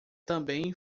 também